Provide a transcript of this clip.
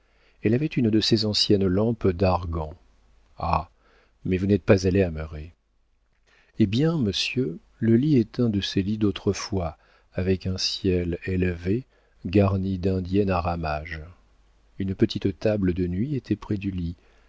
elle avait une de ces anciennes lampes d'argant ah mais vous n'êtes pas allé à merret eh bien monsieur le lit est un de ces lits d'autrefois avec un ciel élevé garni d'indienne à ramages une petite table de nuit était près du lit